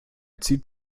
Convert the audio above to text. zieht